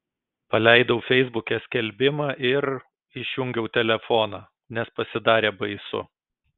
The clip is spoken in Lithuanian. paleidau feisbuke skelbimą ir išjungiau telefoną nes pasidarė baisu